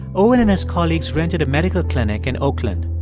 owen and his colleagues rented a medical clinic in oakland.